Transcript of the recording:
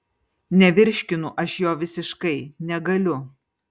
nevirškinu aš jo visiškai negaliu